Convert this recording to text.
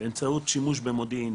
באמצעות שימוש במודיעין,